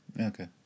Okay